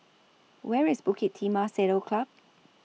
Where IS Bukit Timah Saddle Club